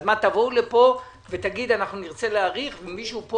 אז תבואו לפה ותגידו: נרצה להאריך, ומישהו פה